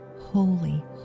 holy